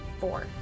Four